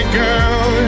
girl